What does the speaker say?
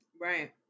Right